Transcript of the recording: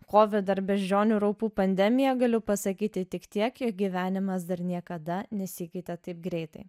covid ar beždžionių raupų pandemija galiu pasakyti tik tiek jog gyvenimas dar niekada nesikeitė taip greitai